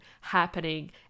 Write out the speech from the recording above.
happening